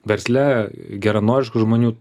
versle geranoriškų žmonių